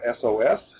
SOS